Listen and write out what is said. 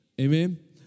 Amen